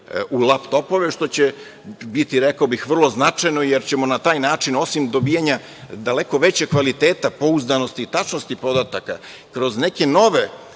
u laptopove, što će biti, rekao bih, vrlo značajno jer ćemo na taj način, osim dobijanja daleko većeg kvaliteta pouzdanosti i tačnosti podataka, kroz neke nove